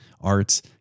arts